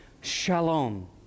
Shalom